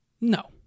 No